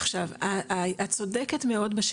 עכשיו את צודקת מאוד,